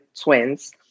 twins